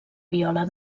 viola